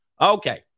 Okay